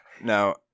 Now